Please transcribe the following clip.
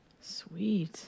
Sweet